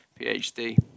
PhD